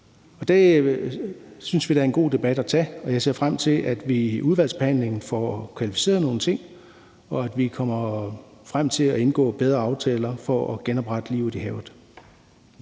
Det synes vi da er en god debat at tage, og jeg ser frem til, at vi i udvalgsbehandlingen får kvalificeret nogle ting, og at vi kommer frem til at indgå bedre aftaler for at genoprette livet i havet.